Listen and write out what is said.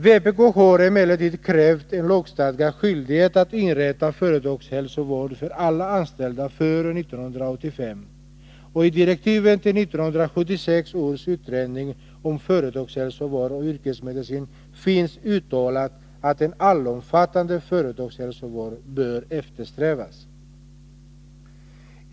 Vpk har emellertid krävt en lagstadgad skyldighet att inrätta företagshälsovård för alla anställda före 1985, och i direktiven till 1976 års utredning om företagshälsovård och yrkesmedicin finns uttalat att en allomfattande företagshälsovård bör eftersträvas.